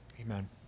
Amen